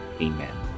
Amen